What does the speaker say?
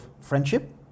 friendship